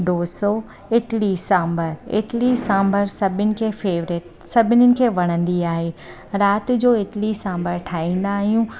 डोसो इटली सांभर इटली सांभर सभिनि खे फेवरेट सभिनीनि खे वणंदी आहे राति जो इटली सांभर ठाहींदा आहियूं